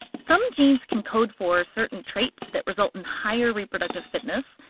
some genes can code for certain traits that result in higher reproductive fitness,